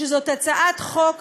שזו הצעת חוק